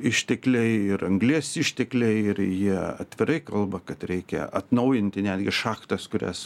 ištekliai ir anglies ištekliai ir jie atvirai kalba kad reikia atnaujinti netgi šachtas kurias